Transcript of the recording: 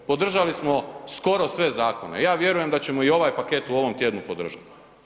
Podržali smo skoro sve zakone, ja vjerujem da ćemo i ovaj paket u ovom tjednu podržat.